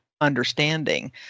understanding